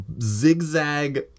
zigzag